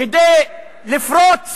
לפרוץ